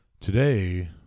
Today